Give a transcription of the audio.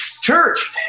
church